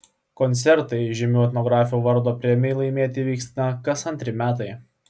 koncertai žymių etnografių vardo premijai laimėti vyksta kas antri metai